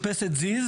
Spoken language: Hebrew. הוספת,